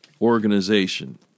organization